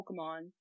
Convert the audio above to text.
Pokemon